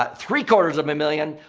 but three-quarters of a million,